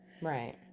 Right